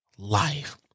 life